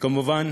וכמובן